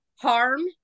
harm